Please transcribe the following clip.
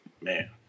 man